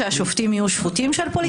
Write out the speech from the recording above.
כדי שהשופטים יהיו שפוטים של פוליטיקאים.